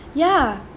ya